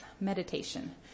meditation